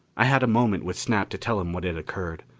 i had a moment with snap to tell him what had occurred.